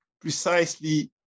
precisely